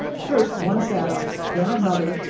first one sat up, then another,